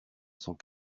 cent